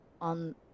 on